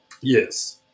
Yes